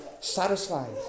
satisfied